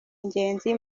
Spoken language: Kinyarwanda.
ingenzi